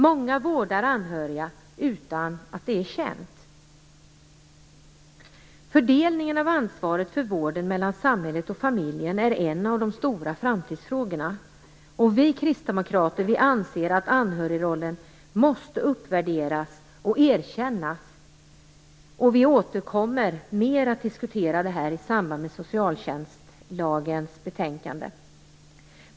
Många vårdar anhöriga utan att det är känt. Fördelningen av ansvaret för vården mellan samhället och familjen är en av de stora framtidsfrågorna. Vi Kristdemokrater anser att anhörigrollen måste uppvärderas och erkännas. Vi återkommer till denna fråga i samband med behandlingen av betänkandet om socialtjänstlagen.